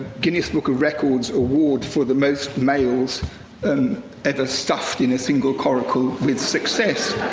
guinness book of records award for the most males and ever stuffed in a single coracle with success.